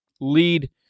Lead